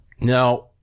Now